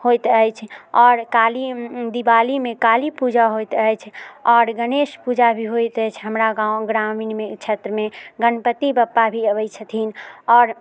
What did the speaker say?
होइत अछि आओर काली दिवालीमे काली पूजा होइत अछि आओर गणेश पूजा भी होइत अछि हमरा गाँव ग्रामीणमे क्षेत्रमे गणपति बप्पा भी अबैत छथिन आओर